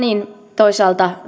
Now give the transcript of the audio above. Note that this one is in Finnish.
toisaalta